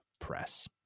press